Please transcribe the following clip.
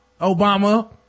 obama